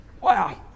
Wow